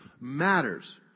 matters